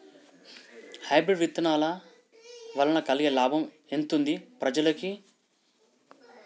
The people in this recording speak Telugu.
హైబ్రిడ్ విత్తనాల వలన కలిగే లాభం ఎంతుంది ప్రజలకి?